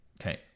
Okay